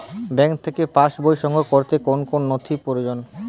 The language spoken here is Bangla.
ব্যাঙ্ক থেকে পাস বই সংগ্রহ করতে কোন কোন নথি প্রয়োজন?